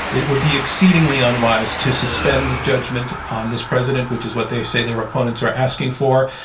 it would be exceedingly unwise to suspend judgment on this president, which is what they say their opponents are asking for.